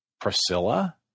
Priscilla